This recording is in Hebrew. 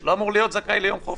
לא אמור להיות זכאי ליום חופש.